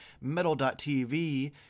metal.tv